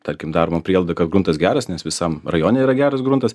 tarkim daroma prielaida kad gruntas geras nes visam rajone yra geras gruntas